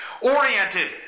oriented